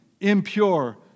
impure